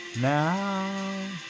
now